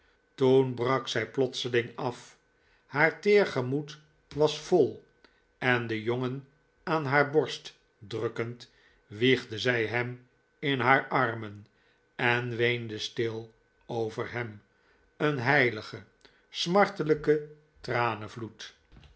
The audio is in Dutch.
toen brak zij plotseling af haar teer gemoed was vol en den jongen aan haar borst drukkend wiegde zij hem in haar armen en weende stil over hem een heiligen